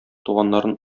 туганнарын